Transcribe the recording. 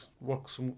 works